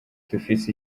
dufise